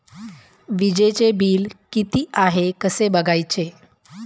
वीजचे बिल किती आहे कसे बघायचे?